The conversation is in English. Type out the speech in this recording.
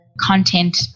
content